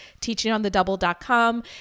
teachingonthedouble.com